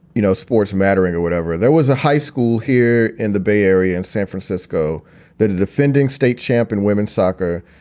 you know, sports mattering or whatever. there was a high school here in the bay area in san francisco that are defending state champ and women's soccer.